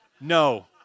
No